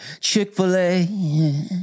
Chick-fil-A